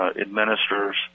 administers